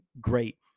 great